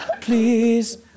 Please